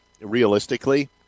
realistically